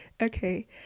okay